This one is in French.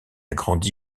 grandi